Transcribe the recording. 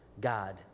God